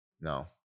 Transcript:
no